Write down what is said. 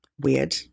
weird